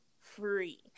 free